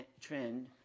trend